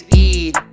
eat